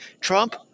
Trump